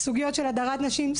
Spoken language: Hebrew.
סוגיות של הדרת נשים,